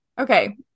okay